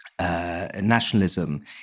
Nationalism